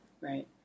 Right